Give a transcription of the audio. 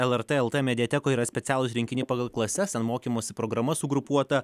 lrt lt mediatekoj yra specialūs rinkiniai pagal klases ten mokymosi programas sugrupuota